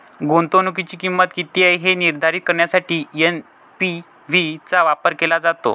गुंतवणुकीची किंमत किती आहे हे निर्धारित करण्यासाठी एन.पी.वी चा वापर केला जातो